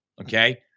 Okay